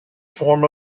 form